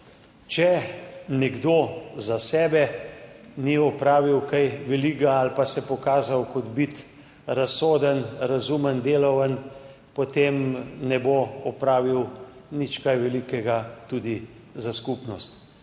Če nekdo za sebe ni opravil česa velikega ali pa se pokazal kot razsoden, razumen, delaven, potem ne bo opravil nič kaj velikega tudi za skupnost.